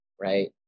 right